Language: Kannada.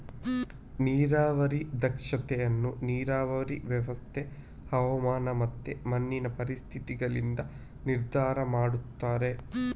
ನೀರಾವರಿ ದಕ್ಷತೆ ಅನ್ನು ನೀರಾವರಿ ವ್ಯವಸ್ಥೆ, ಹವಾಮಾನ ಮತ್ತೆ ಮಣ್ಣಿನ ಪರಿಸ್ಥಿತಿಗಳಿಂದ ನಿರ್ಧಾರ ಮಾಡ್ತಾರೆ